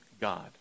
God